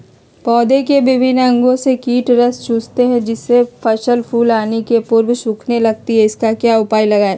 पौधे के विभिन्न अंगों से कीट रस चूसते हैं जिससे फसल फूल आने के पूर्व सूखने लगती है इसका क्या उपाय लगाएं?